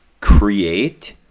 create